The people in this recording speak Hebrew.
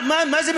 מה, בזה?